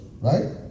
right